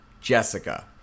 Jessica